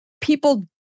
people